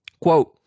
Quote